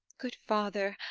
good father,